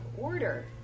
order